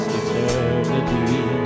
eternity